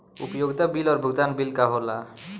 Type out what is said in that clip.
उपयोगिता बिल और भुगतान बिल का होला?